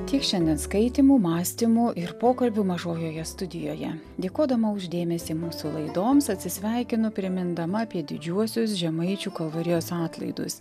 tiek šiandien skaitymų mąstymų ir pokalbių mažojoje studijoje dėkodama už dėmesį mūsų laidoms atsisveikinu primindama apie didžiuosius žemaičių kalvarijos atlaidus